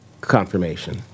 Confirmation